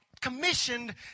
commissioned